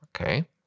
okay